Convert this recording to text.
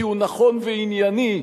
כי הוא נכון וענייני,